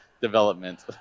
development